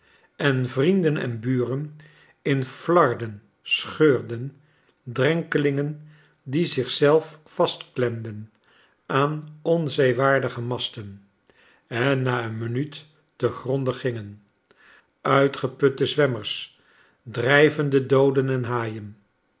en vrienden en buren in flarden scheurden drenkelingen die zich vastklemden aan onzeewaardige xnasten en na een minuut te gronde gingen uitgeputte zwemmers drijvende dooden en haaien